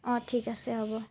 অঁ ঠিক আছে হ'ব